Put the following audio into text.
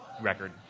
record